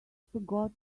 forgot